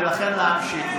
ולכן להמשיך,